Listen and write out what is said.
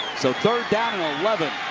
so third down and eleven.